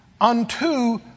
unto